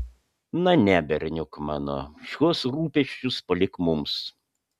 na ne berniuk mano šiuos rūpesčius palik mums